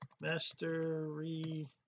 mastery